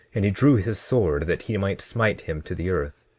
and he drew his sword that he might smite him to the earth.